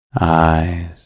eyes